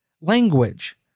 language